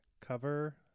cover